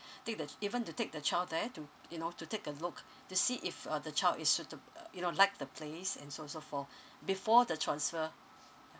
take the even to take the child there to you know to take a look to see if uh the child is suita~ you know like the place and so on so forth before the transfer